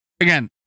Again